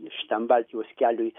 šitam baltijos keliui